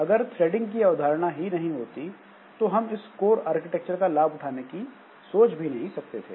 अगर थ्रेडिंग की अवधारणा ही नहीं होती तो हम इस कोर आर्किटेक्चर का लाभ उठाने की सोच भी नहीं सकते थे